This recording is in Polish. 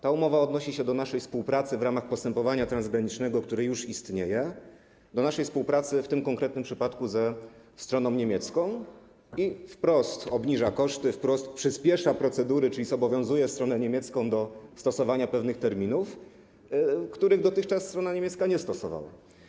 Ta umowa odnosi się do naszej współpracy w ramach postępowania transgranicznego, które już istnieje, do naszej współpracy w tym konkretnym przypadku ze stroną niemiecką i wprost obniża koszty, wprost przyspiesza procedury, czyli zobowiązuje stronę niemiecką do stosowania pewnych terminów, których dotychczas strona niemiecka nie stosowała.